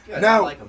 Now